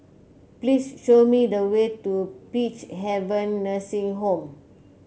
please show me the way to Peacehaven Nursing Home